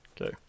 Okay